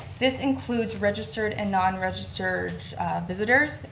this includes registered and non registered visitors.